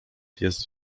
jest